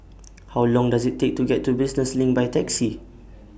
How Long Does IT Take to get to Business LINK By Taxi